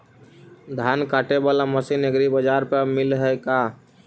धान काटे बाला मशीन एग्रीबाजार पर मिल है का?